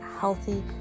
healthy